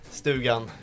stugan